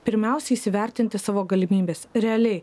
pirmiausia įsivertinti savo galimybes realiai